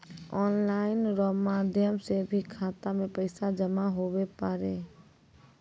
online रो माध्यम से भी खाता मे पैसा जमा हुवै पारै